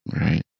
Right